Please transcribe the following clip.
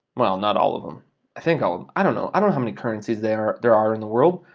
well, not all of em, i think all of em. i don't know, i don't know how many currencies there there are in the world.